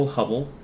Hubble